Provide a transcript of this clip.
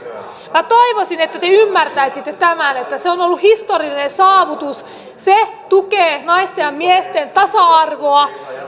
minä toivoisin että te ymmärtäisitte tämän että se on on ollut historiallinen saavutus se tukee naisten ja miesten tasa arvoa